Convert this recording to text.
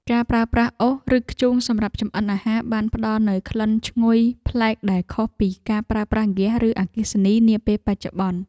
ការប្រើប្រាស់អុស ឬធ្យូងសម្រាប់ចម្អិនអាហារបានផ្ដល់នូវក្លិនឈ្ងុយប្លែកដែលខុសពីការប្រើប្រាស់ហ្គាស ឬអគ្គិសនីនាពេលបច្ចុប្បន្ន។